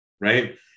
right